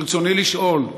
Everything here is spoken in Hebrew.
ברצוני לשאול: